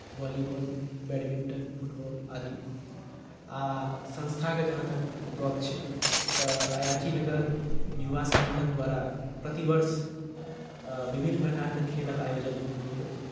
volleyball badminton football आदि आ संस्थाके जहाँतक गप्प छै तऽ अयाची नगर युवा सङ्गठन द्वारा प्रतिवर्ष विभिन्न प्रकारके खेलक आयोजन होइए